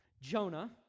Jonah